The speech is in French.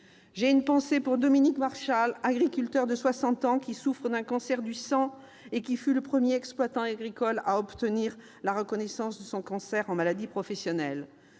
J'ai une pensée pour Dominique Marchal, agriculteur de 60 ans, qui souffre d'un cancer du sang et qui fut le premier exploitant agricole à obtenir la reconnaissance de son cancer en tant que maladie professionnelle.